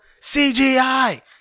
CGI